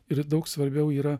ir daug svarbiau yra